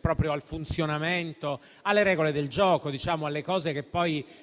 proprio al funzionamento e alle regole del gioco, che devono